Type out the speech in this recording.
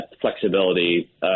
flexibility